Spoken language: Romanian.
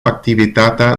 activitatea